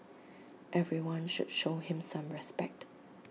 everyone should show him some respect